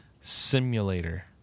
Simulator